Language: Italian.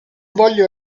voglio